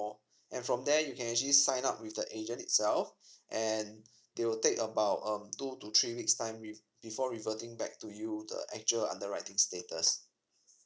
and from there you can actually sign up with the agent itself and they will take about um two to three weeks time re~ before reverting back to you the actual underwriting status